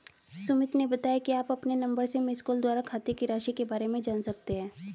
सुमित ने बताया कि आप अपने नंबर से मिसकॉल द्वारा खाते की राशि के बारे में जान सकते हैं